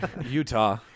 Utah